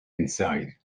inside